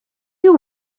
you